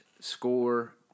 Score